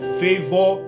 favor